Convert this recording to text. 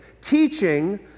teaching